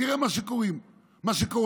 תראה מה שקורה עכשיו,